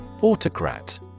Autocrat